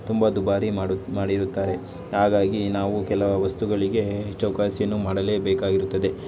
ತುಂಬ ದುಬಾರಿ ಮಾಡು ಮಾಡಿರುತ್ತಾರೆ ಹಾಗಾಗಿ ನಾವು ಕೆಲವು ವಸ್ತುಗಳಿಗೆ ಚೌಕಾಸಿಯನ್ನು ಮಾಡಲೇ ಬೇಕಾಗಿರುತ್ತದೆ